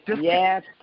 yes